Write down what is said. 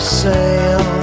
sail